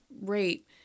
rape